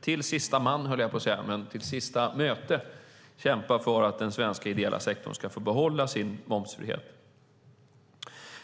till sista möte - jag höll på att säga till sista man - kämpa för att den svenska ideella sektorn ska få behålla sin momsfrihet.